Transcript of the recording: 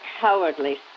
cowardly